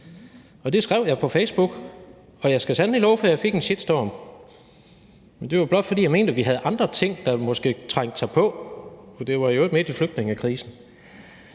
Det skrev jeg på Facebook, og jeg skal sandelig love for, at jeg fik en shitstorm, men jeg gjorde det, blot fordi jeg mente, at vi havde andre ting, der måske trængte sig på, for det var i øvrigt midt i flygtningekrisen.